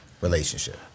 relationship